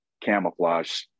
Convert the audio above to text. camouflage